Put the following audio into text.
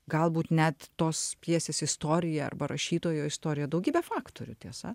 galbūt net tos pjesės istorija arba rašytojo istorija daugybė faktorių tiesa